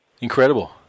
Incredible